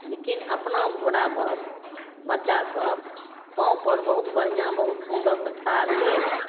लेकिन अपना बराबर बच्चासब पाँवपर बहुत बढ़िआँ बहुत सुन्दरसँ ठाढ़ अछि